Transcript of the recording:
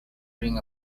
bring